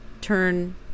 turn